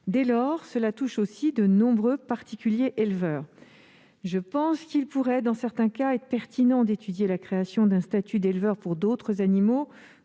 Dès lors, il concerne aussi de nombreux particuliers éleveurs. Il pourrait, dans certains cas, être pertinent d'étudier la création d'un statut d'éleveur pour d'autres animaux,